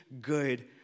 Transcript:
good